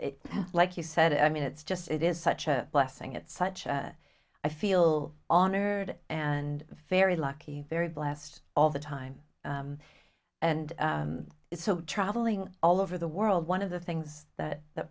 like you said i mean it's just it is such a blessing it's such a i feel honored and very lucky very blessed all the time and it's so traveling all over the world one of the things that